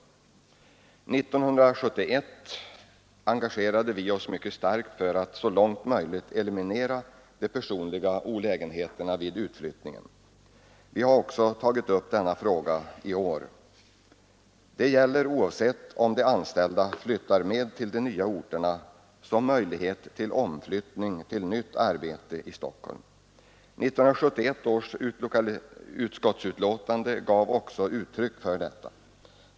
1971 engagerade vi oss mycket starkt för att så långt möjligt eliminera de personliga olägenheterna med utflyttningen. Vi har också tagit upp denna fråga i år. Det gäller oavsett om de anställda flyttar med till de nya orterna eller utnyttjar möjligheten till omflyttning till nytt arbete i Stockholm. I 1971 års utskottsbetänkande gav också uttryck för detta.